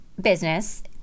business